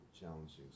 challenging